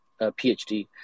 PhD